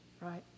Right